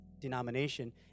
denomination